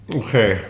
okay